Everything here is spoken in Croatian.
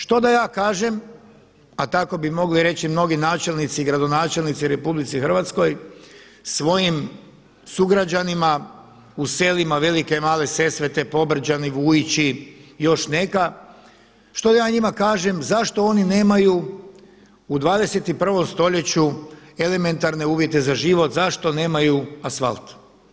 Što da ja kažem, a tako bi mogli reći mnogi načelnici i gradonačelnici u RH, svojim sugrađanima u selima Velike i Male Sesvete, Pobrđani, Vujići i još neka, što da ja njima kažem zašto oni nemaju u 21. stoljeću elementarne uvjete za život, zašto nemaju asfalt?